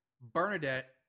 Bernadette